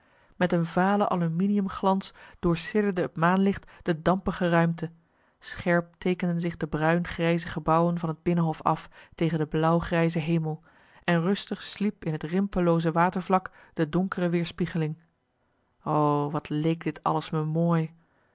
met een vale alluminium glans doorsidderde het maanlicht de dampige ruimte scherp teekenden zich de bruin grijze gebouwen van het binnenhof af tegen de blauw grijze hemel en rustig sliep in het rimpellooze watervlak de donkere weerspiegeling o wat leek dit alles me mooi